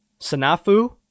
Sanafu